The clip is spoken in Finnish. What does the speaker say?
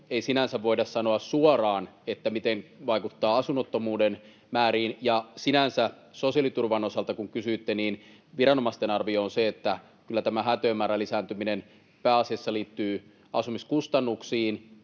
ei sinänsä voida sanoa suoraan, miten se vaikuttaa asunnottomuuden määriin. Ja sinänsä, kun sosiaaliturvan osalta kysyitte, viranomaisten arvio on se, että kyllä tämä häätöjen määrän lisääntyminen liittyy pääasiassa asumiskustannuksiin,